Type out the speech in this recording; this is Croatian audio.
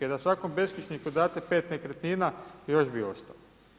I da svakom beskućniku date 5 nekretnina, još bi ostalo.